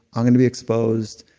i'm gonna be exposed.